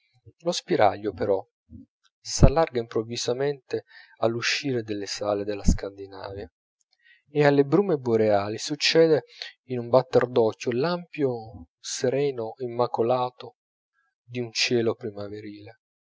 lo spiraglio però s'allarga improvvisamente all'uscire dalle sale della scandinavia e alle brume boreali succede in un batter d'occhio l'ampio sereno immacolato di un cielo primaverile